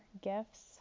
gifts